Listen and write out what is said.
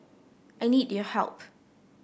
I need your help